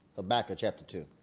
ah back of chapter two.